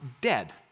dead